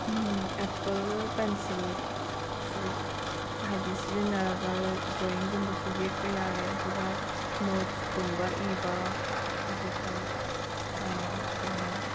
apple pencil ꯁꯨ ꯍꯥꯏꯗꯤ ꯁꯤꯖꯤꯟꯅꯔꯒ ꯗ꯭ꯔꯣꯋꯤꯡꯒꯨꯝꯕꯁꯨ ꯌꯦꯛꯄ ꯌꯥꯔꯦ ꯑꯗꯨꯒ ꯅꯣꯠꯁ ꯀꯨꯝꯕ ꯏꯕ ꯑꯗꯨꯒ ꯀꯩꯅꯣ